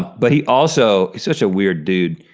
but he also, he's such a weird dude,